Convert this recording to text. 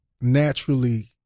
naturally